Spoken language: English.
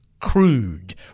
crude